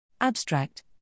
Abstract